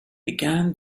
began